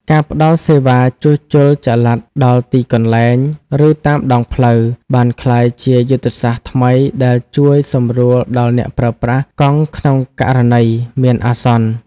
ការផ្តល់សេវាជួសជុលចល័តដល់ទីកន្លែង ឬតាមដងផ្លូវ បានក្លាយជាយុទ្ធសាស្ត្រថ្មីដែលជួយសម្រួលដល់អ្នកប្រើប្រាស់កង់ក្នុងករណីមានអាសន្ន។